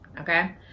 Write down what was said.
Okay